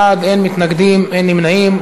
62 בעד, אין מתנגדים, אין נמנעים.